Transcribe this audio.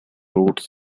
routes